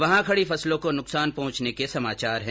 वहां खडी फसलों को नुकसान पहंचने के समाचार हैं